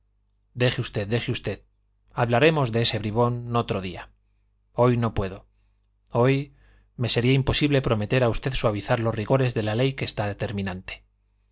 deje usted deje usted hablaremos de ese bribón otro día hoy no puedo hoy me sería imposible prometer a usted suavizar los rigores de la ley que está terminante